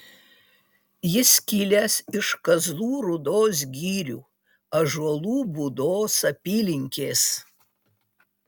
jis kilęs iš kazlų rūdos girių ąžuolų būdos apylinkės